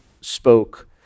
spoke